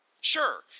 Sure